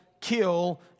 kill